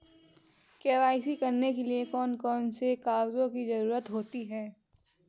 KYC करने के लिए कौन कौन से कागजों की जरूरत होती है?